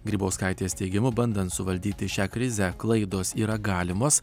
grybauskaitės teigimu bandant suvaldyti šią krizę klaidos yra galimos